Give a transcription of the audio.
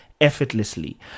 effortlessly